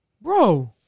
bro